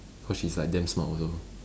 cause she's like damn smart also